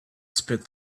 spit